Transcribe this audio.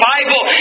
Bible